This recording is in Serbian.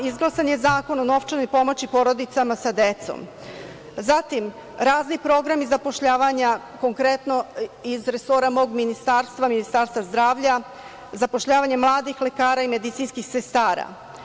Izglasan je Zakon o novčanoj pomoći porodicama sa decom, zatim razni programi zapošljavanja, konkretno iz resora mog ministarstva, Ministarstva zdravlja, zapošljavanje mladih lekara i medicinskih sestara.